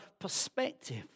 perspective